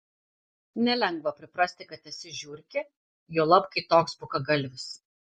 nelengva priprasti kad esi žiurkė juolab kai toks bukagalvis